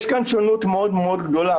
יש כאן שונות מאוד מאוד גדולה,